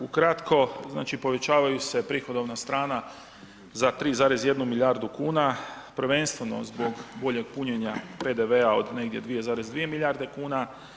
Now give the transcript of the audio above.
Ukratko, znači povećavaju se prihodovna strana za 3,1 milijardu kuna prvenstveno zbog boljeg punjenja PDV-a od negdje 2,2 milijarde kuna.